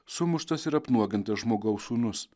sumuštas ir apnuogintas žmogaus sūnus